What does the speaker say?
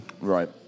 Right